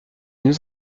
nous